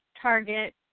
Target